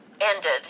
ended